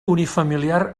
unifamiliar